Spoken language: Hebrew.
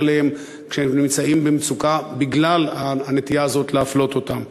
כשהם נמצאים במצוקה בגלל הנטייה הזאת להפלות אותם.